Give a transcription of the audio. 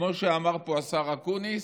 כמו שאמר פה השר אקוניס,